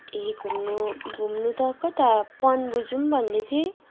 ए घुम्नु घुम्नु त कता पन्बू जाउँ भन्दै थिएँ